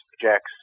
Jack's